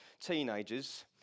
teenagers